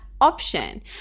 Option